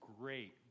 great